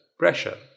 pressure